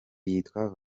yitwa